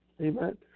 Amen